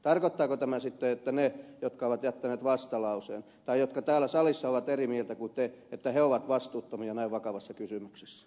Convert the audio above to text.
tarkoittaako tämä sitten että ne jotka ovat jättäneet vastalauseen tai jotka täällä salissa ovat eri mieltä kuin te ovat vastuuttomia näin vakavassa kysymyksessä